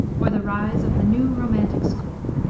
or the rise of the new romantic school.